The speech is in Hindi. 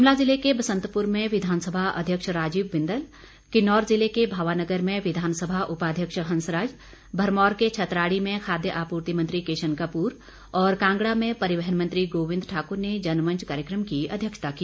शिमला जिले के बसंतपुर में विधानसभा अध्यक्ष राजीव बिंदल किन्नौर जिले के भावानगर में विधानसभा उपाध्यक्ष हंसराज भरमौर के छतराड़ी में खाद्य आपूर्ति मंत्री किशन कपूर और कांगड़ा में परिवहन मंत्री गोविंद ठाकुर ने जनमंच कार्यक्रम की अध्यक्षता की